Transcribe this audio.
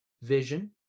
vision